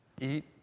eat